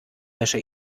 wäsche